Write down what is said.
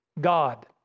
God